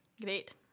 Great